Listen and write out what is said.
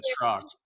truck